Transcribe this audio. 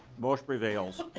motion prevails.